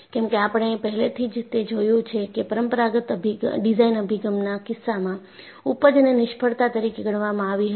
કેમકે આપણે પહેલેથી જ તે જોયું છે કે પરમપરાગત ડિઝાઇન અભિગમના કિસ્સામાં ઊપજને નિષ્ફળતા તરીકે ગણવામાં આવી હતી